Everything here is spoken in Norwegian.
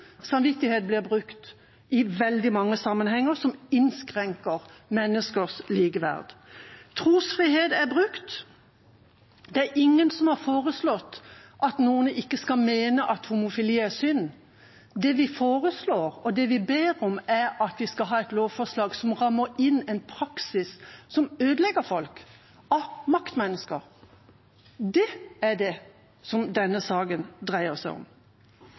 Samvittighet blir brukt i veldig mange sammenhenger som innskrenker menneskers likeverd. Trosfrihet er brukt. Det er ingen som har foreslått at noen ikke skal mene at homofili er synd. Det vi foreslår, og det vi ber om, er et lovforslag som rammer inn en praksis fra maktmennesker som ødelegger folk. Det er det denne saken dreier seg om.